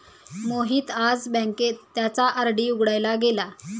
मोहित आज बँकेत त्याचा आर.डी उघडायला गेला